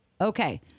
Okay